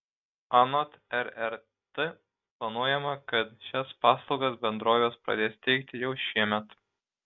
anot rrt planuojama kad šias paslaugas bendrovės pradės teikti jau šiemet